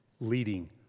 leading